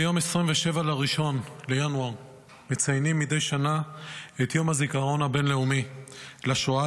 ב-27 בינואר מציינים מדי שנה את יום הזיכרון הבין-לאומי לשואה